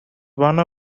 one